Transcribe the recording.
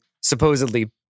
supposedly